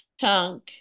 chunk